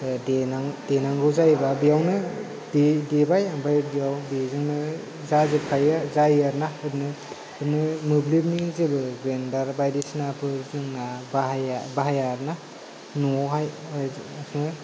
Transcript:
देनांगौ जायोबा बेयावनो देबाय ओमफ्राय बेजोंनो जाजोब खायो जायो आरोना बिदिनो मोब्लिबनि ग्रेनदार बायदिसिनाफोर गैया जोंना बाहाया आरोना न'आवहाय बिदिनो